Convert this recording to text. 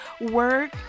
work